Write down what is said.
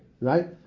Right